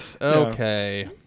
Okay